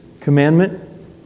commandment